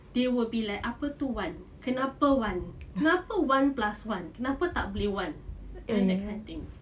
they will be like apa tu one kenapa one kenapa one plus one kenapa tak boleh one and that kind of thing